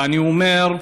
ואני אומר: